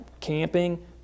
camping